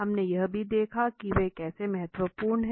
हमने यह भी देखा था की वे कैसे महत्वपूर्ण हैं